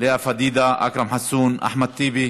לאה פדידה, אכרם חסון, אחמד טיבי,